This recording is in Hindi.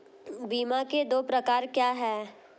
बीमा के दो प्रकार क्या हैं?